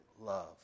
love